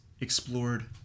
explored